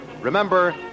Remember